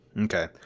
Okay